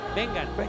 vengan